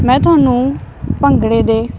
ਮੈਂ ਥੋਨੂੰ ਭੰਗੜੇ ਦੇ